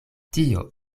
tio